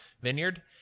vineyard